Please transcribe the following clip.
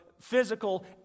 physical